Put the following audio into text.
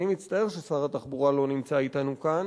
אני מצטער ששר התחבורה לא נמצא אתנו כאן,